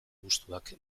gustuak